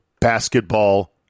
basketball